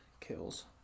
kills